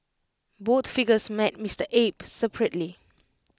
both figures met Mister Abe separately